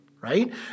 right